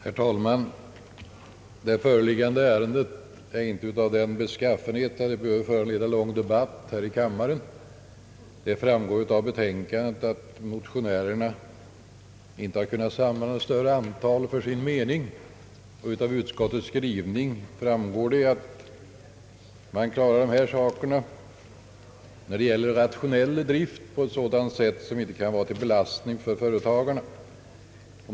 Herr talman! Det föreliggande ärendet är inte av den beskaffenheten att det behöver föranleda lång debatt i kammaren. Det framgår av betänkandet att motionärerna inte har kunnat samla något större antal ledamöter för sin mening, och utskottet skriver att man när det gäller rationell drift kan klara dessa saker på ett sätt som inte innebär någon belastning för företagarna.